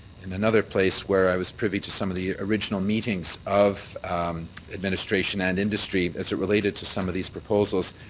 in another place where i was privy to some of the original meetings of administration and industry as it related to some of these proposals.